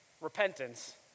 Repentance